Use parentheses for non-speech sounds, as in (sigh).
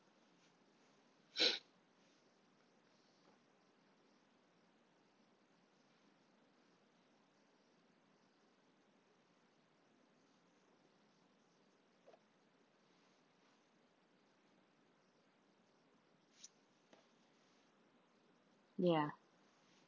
(breath) ya